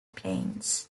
plains